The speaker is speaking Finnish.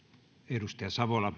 arvoisa